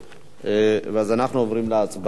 אנחנו עוברים להצבעה.